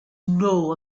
know